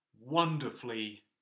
wonderfully